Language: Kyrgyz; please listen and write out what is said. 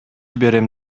берем